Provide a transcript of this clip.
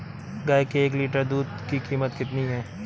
गाय के एक लीटर दूध की कीमत कितनी है?